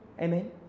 amen